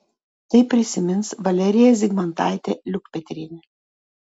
tai prisimins valerija zigmantaitė liukpetrienė